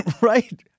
Right